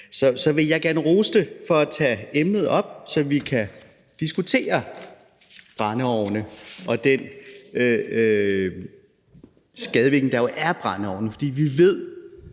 så vil jeg gerne rose det for at tage emnet op, så vi kan diskutere brændeovne og den skadevirkning, der jo er ved brændeovne. For vi ved,